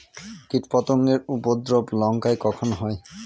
কীটপতেঙ্গর উপদ্রব লঙ্কায় কখন হয়?